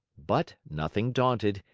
but, nothing daunted,